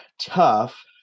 tough